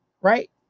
Right